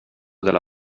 della